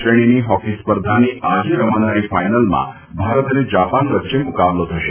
શ્રેણીની હોકી સ્પર્ધાની આજે રમાનારી ફાઇનલમાં ભારત અને જાપાન વચ્ચે મુકાબલો થશે